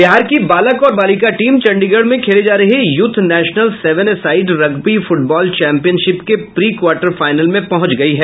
बिहार की बालक और बालिका टीम चंडीगढ़ में खेली जा रही youth national seven a side rugby football championship के प्री क्वार्टर फाइनल में पहुंच गयी है